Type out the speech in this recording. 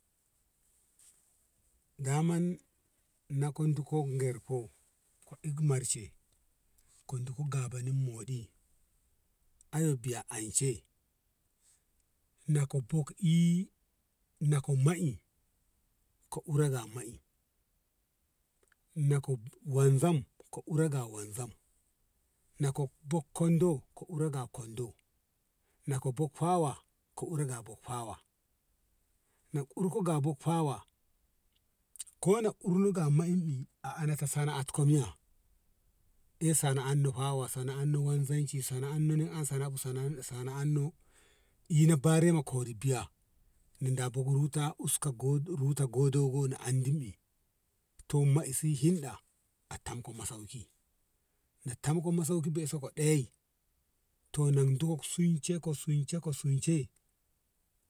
daman na kon tuko gorfo ka inten mershe ka din ko ga banin moɗi anan biya anshe na ko bok i nako ma i ka ura ga ma i na ko wan zam naka bakkan do ka ure ga bakkan do naka bak fawa ka ure ga bak fawa na ur ko ga bak fawa sana anfawa koh na urnuga manni a'arafa sana'at komi ya ehh sana an no wanzanci sana an no an sana oh bu sana on no leburanci ina barema kori biya no ina ruta uska ruta dogo go na amdin i to me si him ɗa tamko masauki na tam ko masau ki be e da yei na duka sun ce ko sun ce ko sunce